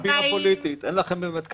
זו קומבינה פוליטית, אין לכם באמת כבוד.